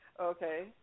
Okay